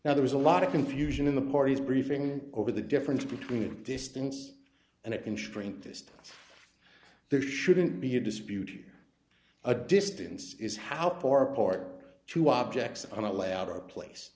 now there is a lot of confusion in the party's briefing over the difference between distance and it can shrink just there shouldn't be a dispute here a distance is how far apart two objects on a layout are place